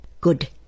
Good